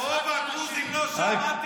רוב הדרוזים לא שם.